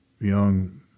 young